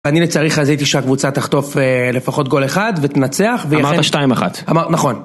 אני לצערי חזיתי שהקבוצה תחטוף לפחות גול אחד ותנצח אמרת שתיים אחת אמר... נכון